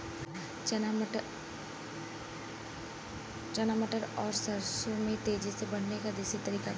चना मटर और सरसों के तेजी से बढ़ने क देशी तरीका का ह?